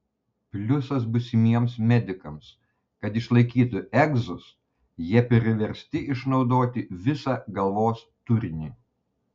pliusas būsimiems medikams kad išlaikytų egzus jie priversti išnaudoti visą galvos turinį